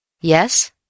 Yes